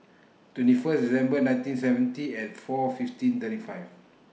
twenty First December nineteen seventy and four fifteen thirty five